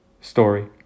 story